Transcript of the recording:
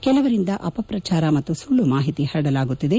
ಕೆಲವರಿಂದ ಅಪಪ್ರಚಾರ ಮತ್ತು ಸುಳ್ಳು ಮಾಹಿತಿ ಪರಡಲಾಗುತ್ತಿದೆ